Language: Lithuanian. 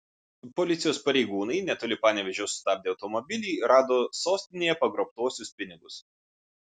policijos pareigūnai netoli panevėžio sustabdę automobilį rado sostinėje pagrobtuosius pinigus